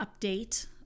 update